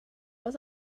was